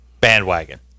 bandwagon